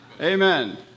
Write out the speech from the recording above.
Amen